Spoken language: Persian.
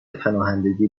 پناهندگی